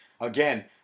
again